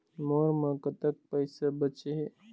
मोर म कतक पैसा बचे हे?